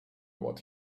what